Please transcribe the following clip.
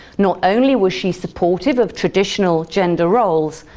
not only was she supportive of traditional gender roles,